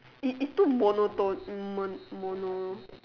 it's it's too monotone mo~ mono~